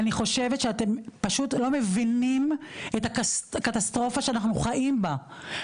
אני חושבת שאתם פשוט לא מבינים את הקטסטרופה שאנחנו חיים בה,